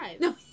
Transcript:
No